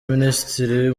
minisitiri